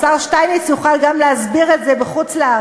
השר שטייניץ יוכל גם להסביר את זה בחוץ-לארץ,